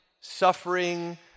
suffering